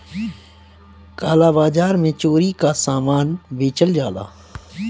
काला बाजार में चोरी कअ सामान बेचल जाला